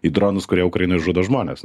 į dronus kurie ukrainoj žudo žmones